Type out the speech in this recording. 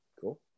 Cool